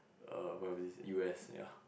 err where was this U_S ya